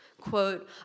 Quote